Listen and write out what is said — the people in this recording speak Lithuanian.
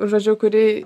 žodžiu kuri